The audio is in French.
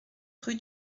rue